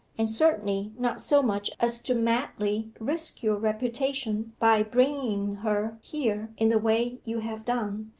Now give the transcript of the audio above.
and certainly not so much as to madly risk your reputation by bringing her here in the way you have done.